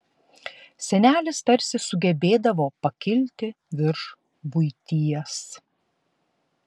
senelis tarsi sugebėdavo pakilti virš buities